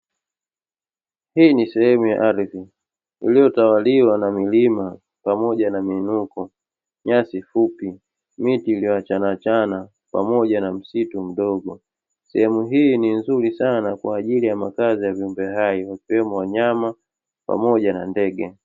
Hii ni sehemu ya ardhi, iliyotawaliwa na milima, pamoja na miinuko, nyasi fupi, miti iliyoachanaachana pamoja na msitu mdogo. Sehemu hii ni nzuri sana kwa ajili ya makazi ya viumbe hai wakiwemo wanyama, pamoja na ndege.